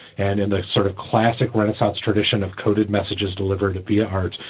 and in the sort of classic renaissance tradition of coded messages delivered via hearts,